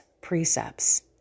precepts